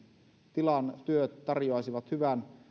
tilan työt tarjoaisivat hyvän